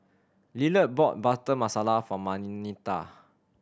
Lillard bought Butter Masala for Marnita